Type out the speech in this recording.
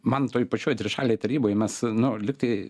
man toj pačioj trišalėj taryboj mes nu lygtai